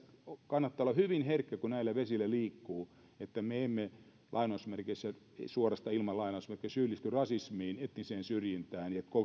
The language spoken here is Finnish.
kannattaa olla hyvin herkkänä kun näillä vesillä liikkuu että me emme lainausmerkeissä tai suoraan ilman lainausmerkkejä syyllisty rasismiin etniseen syrjintään ja